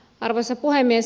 arvoisa puhemies